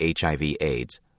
HIV-AIDS